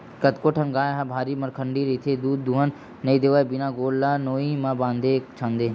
कतको ठन गाय ह भारी मरखंडी रहिथे दूद दूहन नइ देवय बिना गोड़ ल नोई म बांधे छांदे